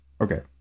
Okay